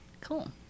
Cool